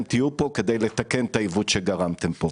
תהיו פה כדי לתקן את העיוות שגרמתם פה.